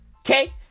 Okay